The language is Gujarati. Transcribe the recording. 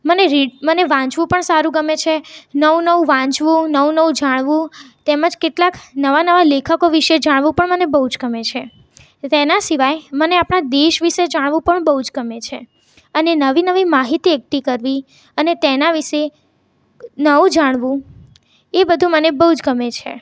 મને રી મને વાંચવું પણ સારું ગમે છે નવું નવું વાંચવું નવું નવું જાણવું તેમ જ કેટલાક નવાં નવાં લેખકો વિશે જાણવું પણ મને બહુ જ ગમે છે તેનાં સિવાય મને આપણા દેશ વિશે જાણવું પણ બહુ જ ગમે છે અને નવી નવી માહિતી એકઠી કરવી અને તેના વિશે નવું જાણવું એ બધુ મને બહુ જ ગમે છે